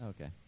Okay